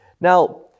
Now